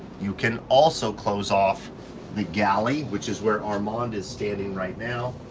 you can also close off the galley, which is where armand is standing right now.